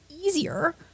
easier